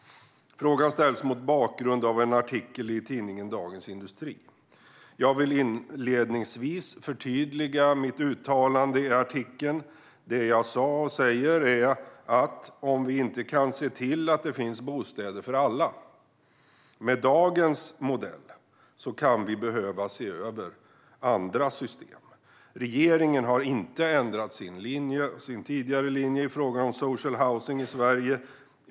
Frågan ställs mot bakgrund av en artikel i tidningen Dagens industri. Jag vill inledningsvis förtydliga mitt uttalande i artikeln. Det jag sa och säger är att om vi inte kan se till att det finns bostäder för alla med dagens modell kan vi behöva se över andra system. Regeringen har inte ändrat sin tidigare linje i frågan om social housing i Sverige.